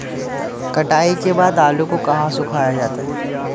कटाई के बाद आलू को कहाँ सुखाया जाता है?